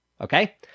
Okay